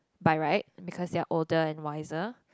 by right because they're older and wiser